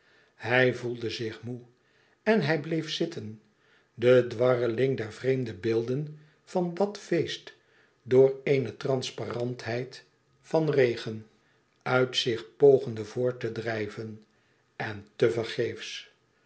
hij voelde zich moê en hij bleef zitten de dwarreling der vreemde beelden van dat feest door eene transparantheid van regen uit zich pogende voort te drijven en te vergeefs